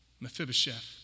Mephibosheth